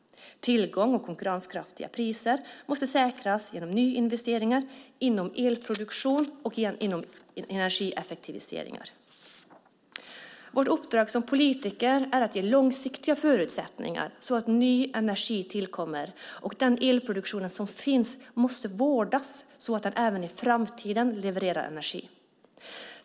Tillgång och konkurrenskraftiga priser måste säkras för nyinvesteringar inom elproduktion och genom energieffektiviseringar. Vårt uppdrag som politiker är att ge långsiktiga förutsättningar för att ny energi ska tillkomma, och den elproduktion som finns måste vårdas, så att den även i framtiden levererar energi.